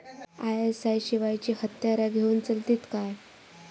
ISI शिवायची हत्यारा घेऊन चलतीत काय?